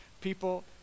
people